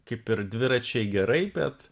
kaip ir dviračiai gerai bet